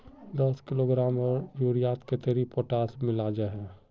दस किलोग्राम यूरियात कतेरी पोटास मिला हाँ?